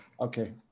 Okay